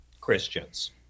Christians